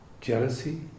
Jealousy